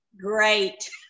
Great